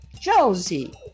Josie